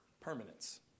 permanence